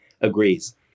agrees